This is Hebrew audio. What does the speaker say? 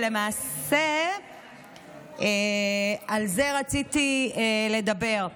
ולמעשה על זה רציתי לדבר.